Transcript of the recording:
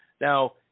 Now